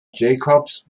jacobs